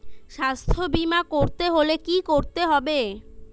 স্বাস্থ্যবীমা করতে হলে কি করতে হবে?